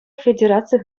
федераци